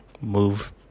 move